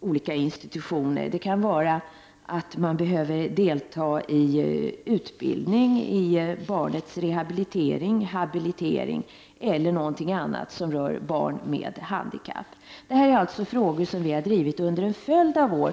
olika institutioner — det kan vara att man behöver delta i utbildning, barnens rehabilitering, habilitering eller något annat som rör barn med handikapp. Detta är frågor som vi har drivit under en följd av år.